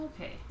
Okay